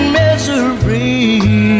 misery